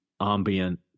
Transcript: ambient